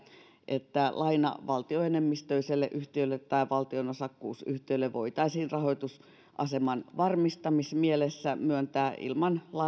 että laina valtioenemmistöiselle yhtiölle tai valtion osakkuusyhtiölle voitaisiin rahoitusaseman varmistamismielessä myöntää ilman